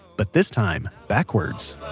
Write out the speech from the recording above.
but this time backwards